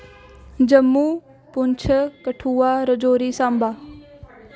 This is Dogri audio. जम्मू पुंछ कठुआ रजौरी साम्बा